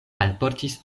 alportis